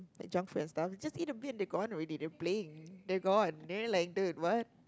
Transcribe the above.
like junk food and stuff just eat a bit and they gone already they playing they gone they are like what